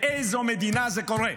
באיזו מדינה זה קורה?